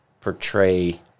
portray